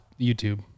YouTube